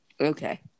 okay